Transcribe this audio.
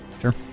Sure